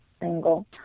single